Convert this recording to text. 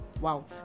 Wow